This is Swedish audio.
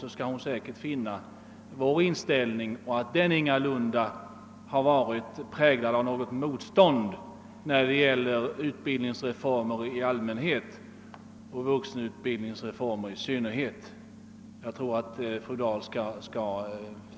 Då skall hon säkert finna att vår inställning ingalunda har varit präglad av något motstånd till utbildningsreformer i allmänhet och vuxenutbildningsreformer i synnerhet.